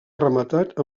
rematat